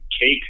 cake